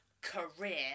career